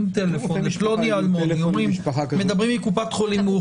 טלפון לפלוני אלמוני ואומרים שמדברים מקופת חולים.